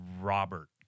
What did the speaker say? Robert